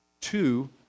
two